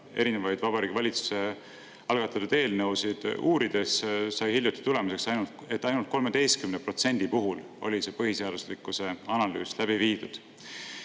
erinevaid Vabariigi Valitsuse algatatud eelnõusid uurides sai hiljuti tulemuseks, et ainult 13% puhul oli põhiseaduslikkuse analüüs läbi viidud.